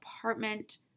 apartment